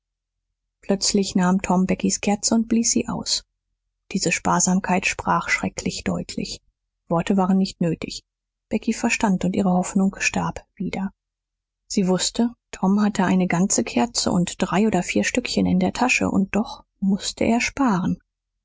plötzlich nahm tom beckys kerze und blies sie aus diese sparsamkeit sprach schrecklich deutlich worte waren nicht nötig becky verstand und ihre hoffnung starb wieder sie wußte tom hatte eine ganze kerze und drei oder vier stückchen in der tasche und doch mußte er sparen